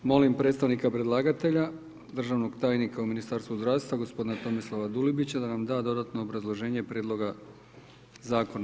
Molim predstavnika predlagatelja, državnog tajnika u Ministarstvu zdravstva gospodina Tomislava Dulibića da nam da dodatno obrazloženje Prijedloga zakona.